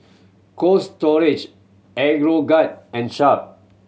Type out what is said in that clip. Cold Storage Aeroguard and Sharp